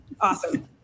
Awesome